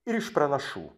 ir iš pranašų